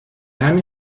همین